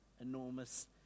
enormous